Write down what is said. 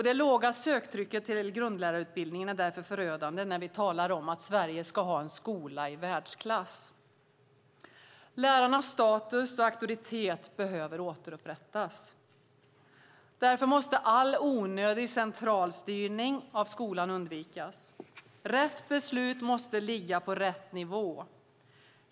Det låga söktrycket till grundskollärarutbildningen är därför förödande när vi talar om att Sverige ska ha en skola i världsklass. Lärarnas status och auktoritet behöver återupprättas. Därför måste all onödig centralstyrning av skolan undvikas, rätt beslut måste ligga på rätt nivå.